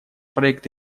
проект